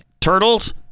turtles